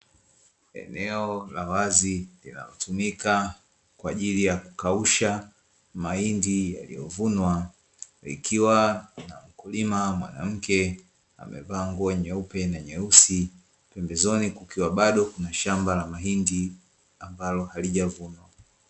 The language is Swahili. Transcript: Eneo la wazi linalotumika kwa ajili ya kukausha mahindi yaliyovunwa, kukiwa na mkulima mwanamke amevaa nguo nyeupe na nyeusi pembezoni kukiwa na shamba la mahindi ambalo halijavunwa.